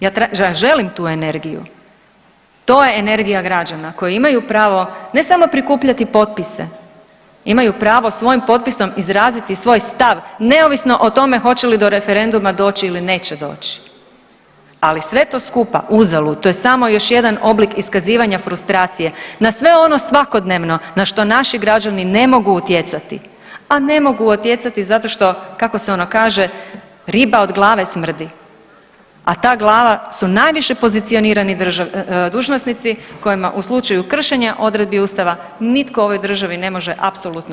Ja želim tu energiju, to je energija građana koji imaju pravo ne samo prikupljati potpise, imaju pravo svojim potpisom izraziti svoj stav neovisno o tome hoće li do referenduma doći ili neće doći, ali sve je to skupa uzalud, to je samo još jedan oblik iskazivanja frustracije na sve ono svakodnevno na što naši građani ne mogu utjecati, a ne mogu utjecati zato što, kako se ono kaže, riba od glave smrdi, a ta glava su najviše pozicionirani dužnosnici kojima u slučaju kršenja odredbi ustava nitko u ovoj državi ne može apsolutno